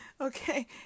Okay